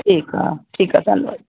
ਠੀਕ ਆ ਠੀਕ ਆ ਧੰਨਵਾਦ